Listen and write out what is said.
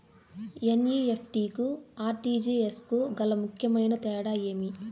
NEFT కు RTGS కు గల ముఖ్యమైన తేడా ఏమి?